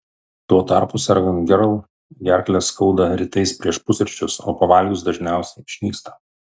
tuo tarpu sergant gerl gerklę skauda rytais prieš pusryčius o pavalgius dažniausiai išnyksta